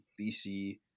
BC